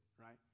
right